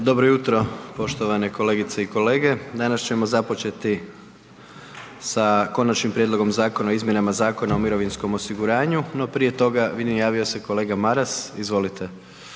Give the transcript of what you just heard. Dobro jutro, poštovane kolegice i kolege. Danas ćemo započeti sa Konačnim prijedlogom Zakona o izmjenama Zakona o mirovinskom osiguranju, no prije toga vidim javio se kolega Maras. Izvolite.